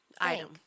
item